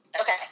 Okay